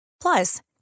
Plus